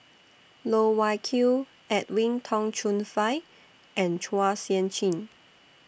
Loh Wai Kiew Edwin Tong Chun Fai and Chua Sian Chin